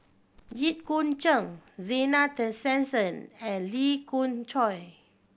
Jit Koon Ch'ng Zena Tessensohn and Lee Khoon Choy